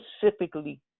specifically